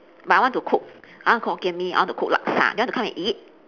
but I want to cook I want to cook hokkien-mee I want to cook laksa do you want to come and eat